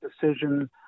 decision